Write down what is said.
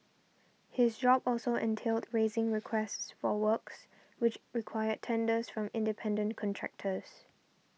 his job also entailed raising requests for works which required tenders from independent contractors